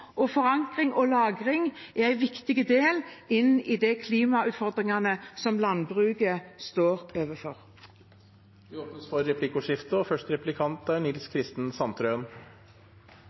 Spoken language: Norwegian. forankring og lagring, er en viktig del i de klimautfordringene som landbruket står overfor. Det blir replikkordskifte. Kornarealet er på retur i hele landet. Hva er